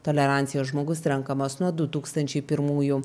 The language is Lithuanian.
tolerancijos žmogus renkamas nuo du tūkstančiai pirmųjų